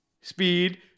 Speed